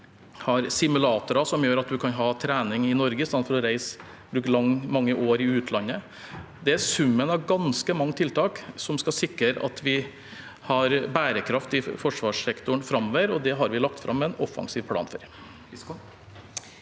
vi har simulatorer som gjør at man kan ha trening i Norge istedenfor å reise og bruke mange år i utlandet. Det er summen av ganske mange tiltak som skal sikre at vi har bærekraft i forsvarssektoren framover, og det har vi lagt fram en offensiv plan for.